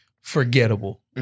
forgettable